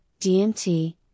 DMT